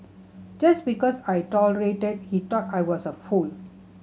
just because I tolerated he thought I was a fool